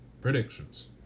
predictions